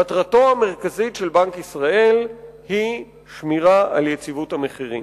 מטרתו המרכזית של בנק ישראל היא שמירה על יציבות המחירים.